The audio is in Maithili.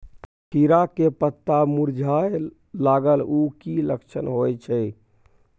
खीरा के पत्ता मुरझाय लागल उ कि लक्षण होय छै?